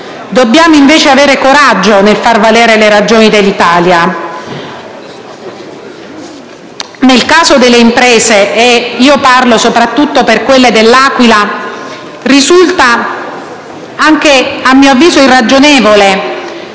Dobbiamo invece avere coraggio nel far valere le ragioni dell'Italia. Nel caso delle imprese, e parlo soprattutto per quelle dell'Aquila, la motivazione che